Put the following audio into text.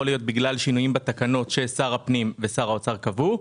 אם בגלל שינויים בתקנות ששר הפנים ושר האוצר קבעו.